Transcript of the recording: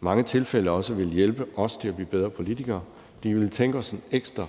mange tilfælde også ville hjælpe os til at blive bedre politikere, fordi vi ville tænke os en ekstra